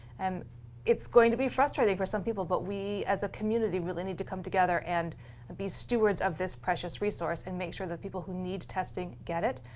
and it's going to be frustrating for some people, but we, as a community, really need to come together and ah be stewards of this precious resource and make sure that people who need testing get it,